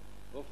אדוני